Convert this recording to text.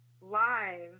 live